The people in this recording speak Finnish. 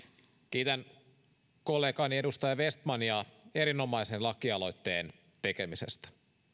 kiitän kollegaani edustaja vestmania erinomaisen lakialoitteen tekemisestä